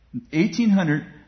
1800